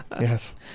Yes